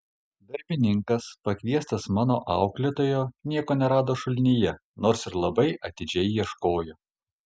darbininkas pakviestas mano auklėtojo nieko nerado šulinyje nors ir labai atidžiai ieškojo